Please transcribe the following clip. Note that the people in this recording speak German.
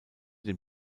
den